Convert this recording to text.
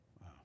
Wow